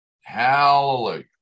Hallelujah